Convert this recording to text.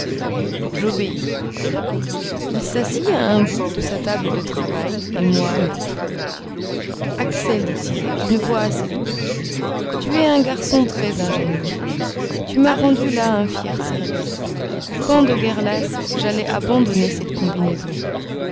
j'obéis il s'assit à un bout de sa table de travail et moi à l'autre axel dit-il d'une voix assez douce tu es un garçon très ingénieux tu m'as rendu là un fier service quand de guerre lasse j'allais abandonner cette combinaison